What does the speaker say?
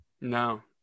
no